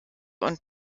und